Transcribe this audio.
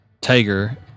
tiger